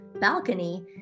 balcony